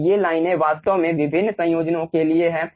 अब ये लाइनें वास्तव में विभिन्न संयोजनों के लिए हैं